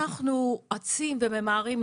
למה אנחנו אצים וממהרים,